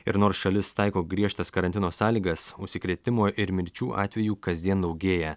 ir nors šalis taiko griežtas karantino sąlygas užsikrėtimo ir mirčių atvejų kasdien daugėja